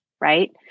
Right